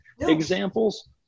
examples